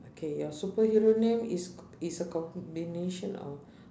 okay your superhero name is is a combination of